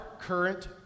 current